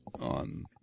on